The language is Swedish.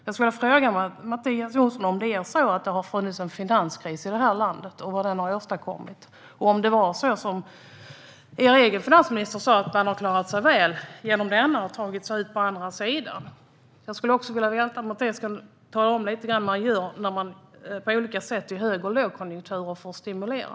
Jag vill fråga Mattias Jonsson om det har funnits en finanskris i det här landet och vad den har åstadkommit. Är det så som er egen finansminister sa, att man har klarat sig väl genom denna och tagit sig ut på andra sidan? Jag vill också höra från Mattias hur man gör i hög och lågkonjunkturer för att stimulera.